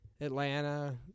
Atlanta